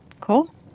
Cool